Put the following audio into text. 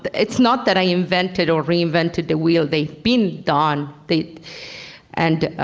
it's not that i invented or reinvented the wheel. they've been done the and